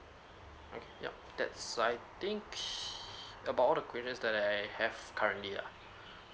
okay yup that's I think about all the questions that I have currently yeah